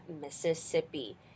Mississippi